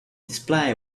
display